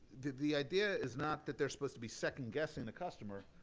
the the idea is not that they're supposed to be second-guessing the customer,